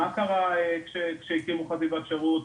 מה קרה כשהקימו חטיבת שירות,